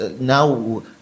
now